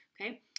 okay